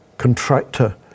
contractor